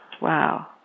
wow